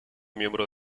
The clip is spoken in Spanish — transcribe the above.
miembro